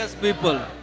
people